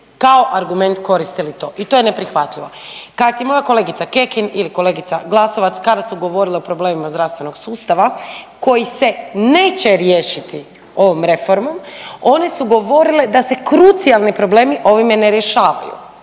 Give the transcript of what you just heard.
kao argument koristili to i to je neprihvatljivo. Kad je moja Kekin ili kolegica Glasovac kada su govorile o problemima zdravstvenog sustava koji se neće riješiti ovom reformom one su govorile da se krucijalni problemi ovime ne rješavaju.